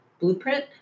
blueprint